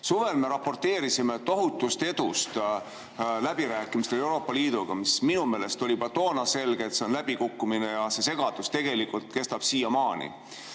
Suvel me raporteerisime tohutust edust läbirääkimistel Euroopa Liiduga, kuigi minu meelest oli juba toona selge, et see on läbikukkumine, ja see segadus kestab siiamaani.